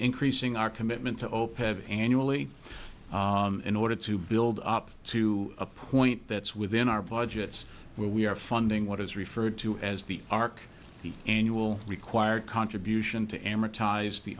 increasing our commitment to opec annually in order to build up to a point that's within our budgets where we are funding what is referred to as the arc the annual required contribution to amortize the